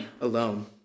alone